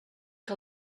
que